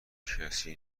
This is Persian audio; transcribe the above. کسی